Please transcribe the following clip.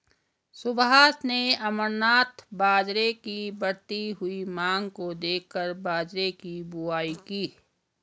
सुभाष ने अमरनाथ बाजरे की बढ़ती हुई मांग को देखकर बाजरे की बुवाई की